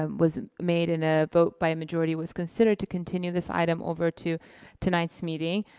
um was made in a vote by majority was considered to continue this item over to tonight's meeting.